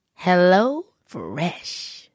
HelloFresh